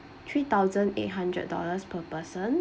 three thousand eight hundred dollars per person